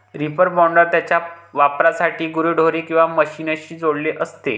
reaper binder त्याच्या वापरासाठी गुरेढोरे किंवा मशीनशी जोडलेले असते